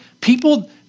people